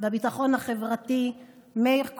והביטחון החברתי מאיר כהן.